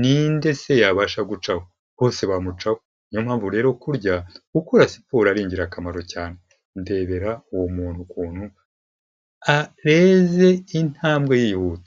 ninde se yabasha gucaho, bose bamucaho, niyo mpamvu rero kurya ukora siporo ari ingirakamaro cyane, ndebera uwo muntu ukuntu areze intambwe yihuta.